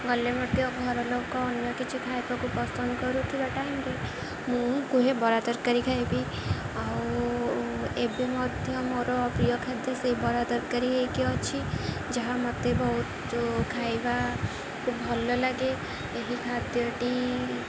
ଗଲେ ମଧ୍ୟ ଘରଲୋକ ଅନ୍ୟ କିଛି ଖାଇବାକୁ ପସନ୍ଦ କରୁଥିବା ଟାଇମରେେ ମୁଁ କୁହେ ବରା ତରକାରୀ ଖାଇବି ଆଉ ଏବେ ମଧ୍ୟ ମୋର ପ୍ରିୟ ଖାଦ୍ୟ ସେଇ ବରା ତରକାରୀ ହୋଇକି ଅଛି ଯାହା ମତେ ବହୁତ ଖାଇବାକୁ ଭଲ ଲାଗେ ଏହି ଖାଦ୍ୟଟି